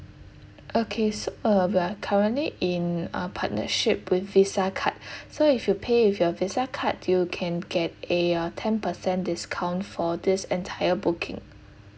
okay so uh we're currently in a partnership with visa card so if you pay with your visa card you can get a uh ten percent discount for this entire booking